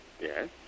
Yes